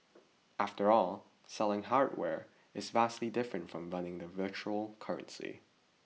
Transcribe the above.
after all selling hardware is vastly different from running a virtual currency